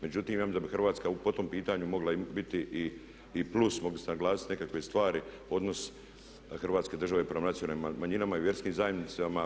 Međutim, ja mislim da bi Hrvatska po tom pitanju mogla biti i plus, mogli se naglasiti nekakve stvari, odnos Hrvatske države prema nacionalnim manjinama i vjerskim zajednicama.